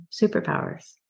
superpowers